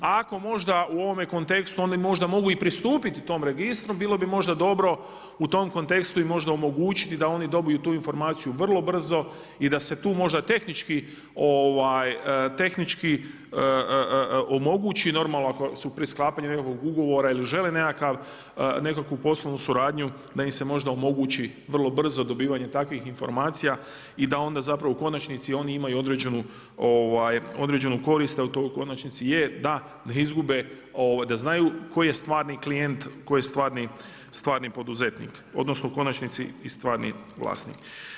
A ako možda u ovome kontekstu oni možda mogu i pristupiti tom registru bilo bi možda dobro u tom kontekstu i možda i omogućiti da oni dobiju tu informaciju vrlo brzo i da se tu možda tehnički omogući, normalno ako su pri sklapanju nekakvog ugovora ili žele nekakvu poslovnu suradnju da im se možda omogući vrlo brzo dobivanje takvih informacija i da onda zapravo u konačnici oni imaju određenu korist, a to u konačnici je da izgube, da znaju koji je stvarni klijent, tko je stvarni poduzetnik odnosno u konačnici i stvarni vlasnik.